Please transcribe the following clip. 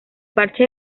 parche